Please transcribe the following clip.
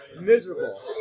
Miserable